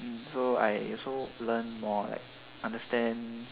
so like I also learn more like understand